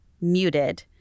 muted